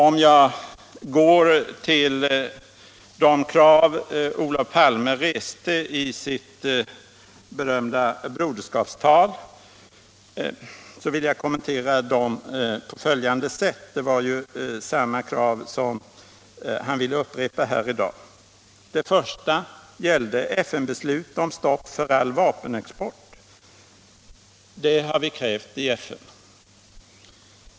Om jag så går till de krav Olof Palme reste i sitt Broderskapstal, vill jag kommentera dem på följande sätt; det var ju samma krav som han ville upprepa här i dag. Det första kravet gällde FN-beslut om stopp för all vapenexport till Sydafrika. Det har vi krävt i FN.